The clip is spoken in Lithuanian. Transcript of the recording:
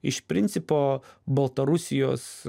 iš principo baltarusijos